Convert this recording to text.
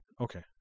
Okay